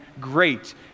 great